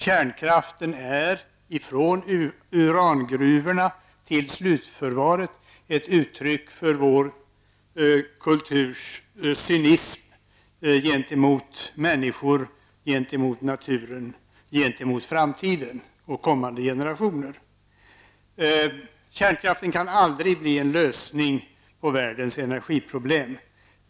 Kärnkraften är, från urangruvorna till slutförvaret, ett uttryck för vår kulturs cynism gentemot människor, gentemot naturen, gentemot framtiden och kommande generationer. Kärnkraften kan aldrig bli en lösning på världens energiproblem.